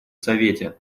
совете